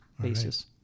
basis